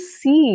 see